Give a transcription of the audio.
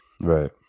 right